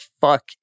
fuck